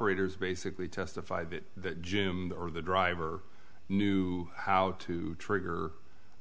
ors basically testify that jim or the driver knew how to trigger